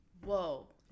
whoa